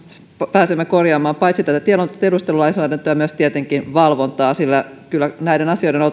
pääsemme korjaamaan paitsi tätä tiedustelulainsäädäntöä myös tietenkin valvontaa sillä kyllä näiden asioiden on